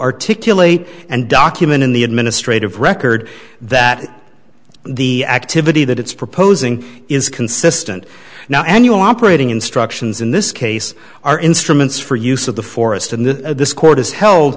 articulate and document in the administrative record that the activity that it's proposing is consistent now annual operating instructions in this case are instruments for use of the forest and the this court is hel